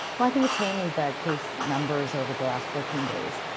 well, i think it's mainly the case numbers over the last fourteen days.